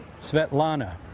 Svetlana